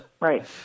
Right